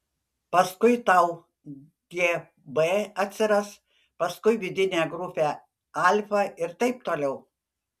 paskui tau gb atsiras paskui vidinė grupė alfa ir taip toliau